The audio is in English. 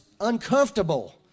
uncomfortable